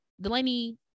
Delaney